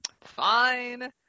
Fine